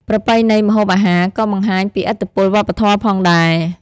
ប្រពៃណីម្ហូបអាហារក៏បង្ហាញពីឥទ្ធិពលវប្បធម៌ផងដែរ។